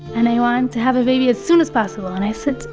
and i want to have a baby as soon as possible, and i said,